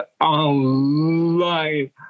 online